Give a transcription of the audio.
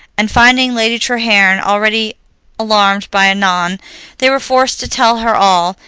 and, finding lady treherne already alarmed by annon, they were forced to tell her all,